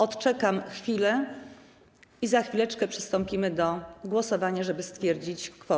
Odczekam chwilę i za chwileczkę przystąpimy do głosowania, żeby stwierdzić kworum.